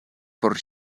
por